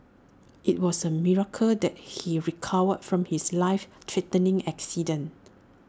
IT was A miracle that he recovered from his life threatening accident